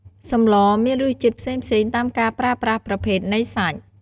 សម្លមានរសជាតិផ្សេងៗតាមការប្រើប្រាស់ប្រភេទនៃសាច់។